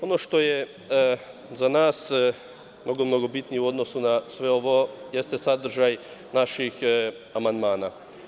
Ono što je za nas mnogo bitnije u odnosu na sve ovo jeste sadržaj naših amandmana.